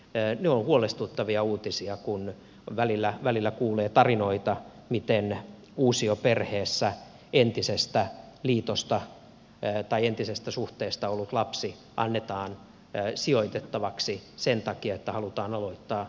ne ovat huolestuttavia uutisia kun välillä kuulee tarinoita miten uusioperheessä entisestä liitosta tai entisestä suhteesta ollut lapsi annetaan sijoitettavaksi sen takia että halutaan aloittaa puhtaalta pöydältä